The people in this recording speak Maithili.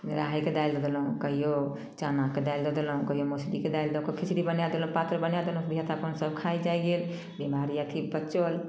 राहड़िके दालि दऽ देलहुँ कहियो चनाके दालि दऽ देलहुँ कहियो मसुरीके दालि दऽ कऽ खिचड़ी बनाए देलहुँ पातर बनाए देलहुँ धिआपुता अपन सब खाए जाइ गेल बिमारी अथी पचल